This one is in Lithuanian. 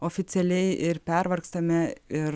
oficialiai ir pervargstame ir